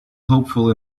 hopeful